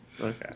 Okay